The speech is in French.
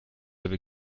avez